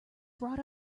brought